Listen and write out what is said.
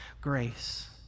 Grace